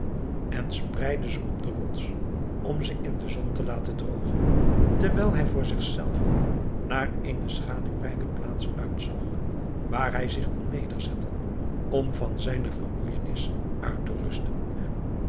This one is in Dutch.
en spreidde ze op de rots om ze in de zon te laten droogen terwijl hij voor zich zelven naar eene schaduwrijke plaats uitzag waar hij zich kon nederzetten om van zijne vermoeijenis uit te rusten